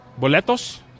boletos